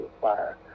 fire